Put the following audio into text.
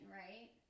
right